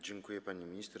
Dziękuję, pani minister.